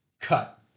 cut